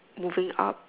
moving up